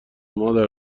مادر